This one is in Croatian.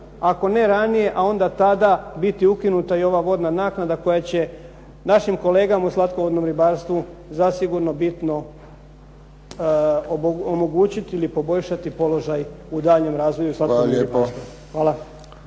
ako ne ranije, a onda tada biti ukinuta i ova vodna naknada koja će našim kolegama u slatkovodnom ribarstvu zasigurno bitno omogućiti ili poboljšati položaj u daljnjem razvoju slatkovodnog ribarstva. Hvala.